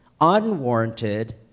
unwarranted